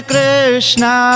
Krishna